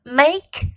make